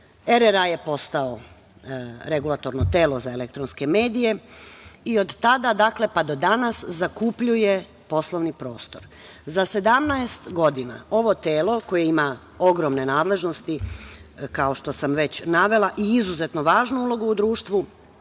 RRA je postao Regulatorno telo za elektronske medije i od tada pa do danas zakupljuje poslovni prostor. Za 17 godina ovo telo, koje ima ogromne nadležnosti, kao što sam već navela, i izuzetno važnu ulogu u društvu,